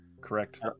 correct